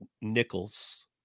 nickels